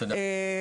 תודה.